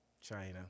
China